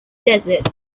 desert